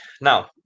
now